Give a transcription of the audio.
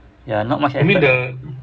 ya not much